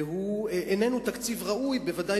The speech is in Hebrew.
והוא איננו תקציב ראוי, בוודאי